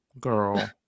Girl